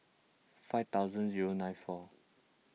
five thousand zero nine four